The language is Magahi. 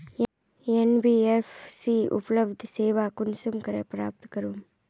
एन.बी.एफ.सी उपलब्ध सेवा कुंसम करे प्राप्त करूम?